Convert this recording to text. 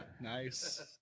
Nice